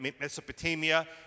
Mesopotamia